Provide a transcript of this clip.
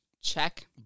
Check